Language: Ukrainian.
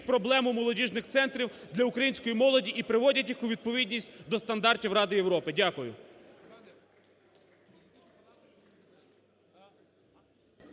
проблему молодіжних центрів для української молоді і приводять їх у відповідність до стандартів Ради Європи. Дякую.